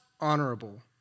honorable